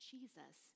Jesus